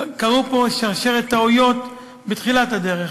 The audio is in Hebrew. קרתה פה שרשרת טעויות בתחילת הדרך